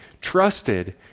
trusted